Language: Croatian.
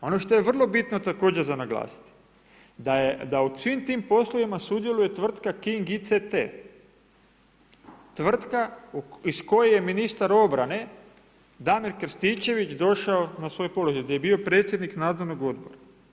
Ono što je vrlo bitno također za naglasiti, da u svim tim poslovima sudjeluje tvrtka King ICT, tvrtka iz koje je ministar obrane Damir Krstićević došao na svoj položaj, gdje je bio predsjednik nadzornog odbora.